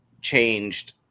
changed